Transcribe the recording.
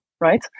right